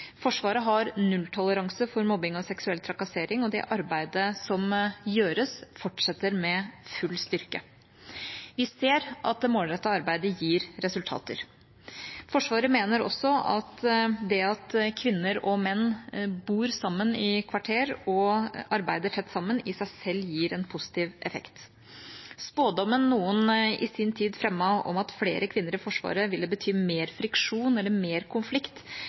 Forsvaret har nulltoleranse for mobbing og seksuell trakassering, og det arbeidet som gjøres, fortsetter med full styrke. Vi ser at det målrettede arbeidet gir resultater. Forsvaret mener også at det at kvinner og menn bor sammen i kvarter og arbeider tett sammen, i seg selv gir en positiv effekt. Spådommen noen i sin tid fremmet om at flere kvinner i Forsvaret ville bety mer friksjon eller mer konflikt,